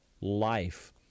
life